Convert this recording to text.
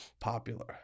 popular